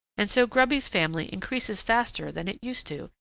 and so grubby's family increases faster than it used to,